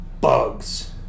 bugs